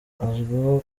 azwiho